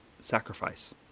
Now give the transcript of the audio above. sacrifice